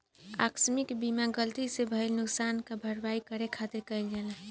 आकस्मिक बीमा गलती से भईल नुकशान के भरपाई करे खातिर कईल जाला